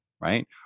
right